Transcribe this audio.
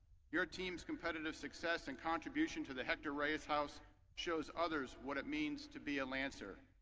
your team's competitive success and contribution to the heck darius house shows others what it means to be a lancer.